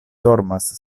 dormas